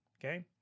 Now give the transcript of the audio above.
okay